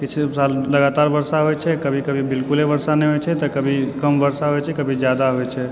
किछु साल लगातार वर्षा होइत छै कभी कभी बिल्कुले वर्षा नहि होइ छै तऽ कभी कम वर्षा होइत छै तऽ कभी जादा वर्षा होइत छै